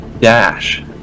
dash